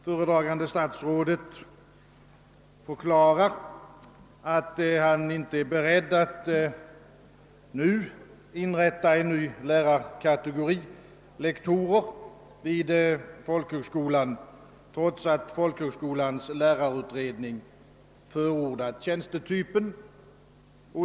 Föredragande statsrådet har förklarat, att han inte är beredd att nu inrätta en ny lärarkategori, lektorer, vid folkhögskolan, trots att folkhögskolans lärarutredning förordar den tjänstetypen.